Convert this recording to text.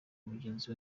mugenzi